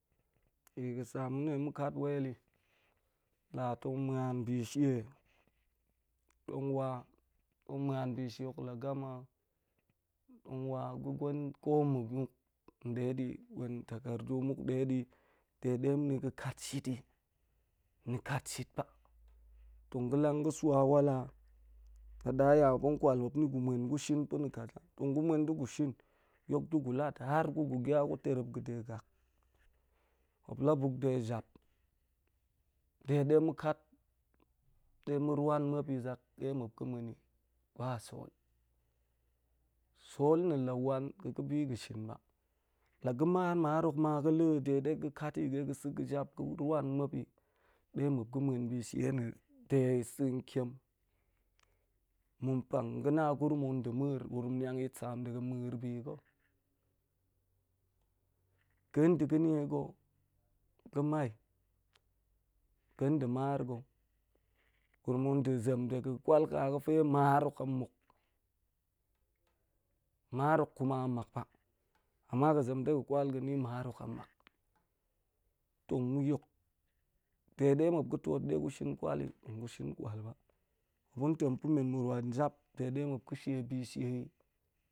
Biga̱ sa ma̱n de tong ma̱ kat well i la tong muan bishe tong wa tong muan bishe hok la gama tong wa ga̱ gwen ko mma̱ nɗedi, gwen takardu muk nɗedi de de ni ga̱ katshiti ni kat shit ba tong ga̱ lang ga̱ swa wala, la da ya muop tong kwal moup yin muen gu shim pa̱na̱ kaza, tong gu muen da̱ gu shin yok da̱ gu lat har gu ya gu tarep da̱de gak muap la buk ɗe jap de ɗe ma̱ kat ma̱ ruan muopi zak, de muop ga̱ mueni ba sol, sol nna̱ la wan ga̱ ga̱ bi ga̱nshin ba, la ga̱ mar-mar hok ma de ga̱ la̱i de ɗe ga̱ kati de ga̱ sa̱i ga̱ yap ga̱ i de muep ga̱ muen pe shie nna̱ i de sa̱ntiem. Ma̱n pang ga̱ na gurum, gurum niang yitsam de mir bi ga̱. Ga̱n nda̱ ga̱nie ga̱ ga̱ wai ga̱n nda̱ mar ga̱, gurum en zem dega̱n kwal ka ga̱fe maar hok dok a muk, maar hok kuma a makba amma ga̱ zem dega̱n kwal ga̱ni maar hok a mmak. Tong ma̱ too de muep ga̱ kwa i tong ma̱ shin kwa ba. Muoap tong tempa̱ men ma̱ ruan jap de muop ga̱ shiebe shie i